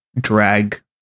drag